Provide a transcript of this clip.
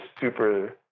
super